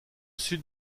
sud